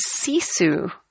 sisu